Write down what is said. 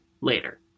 later